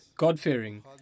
God-fearing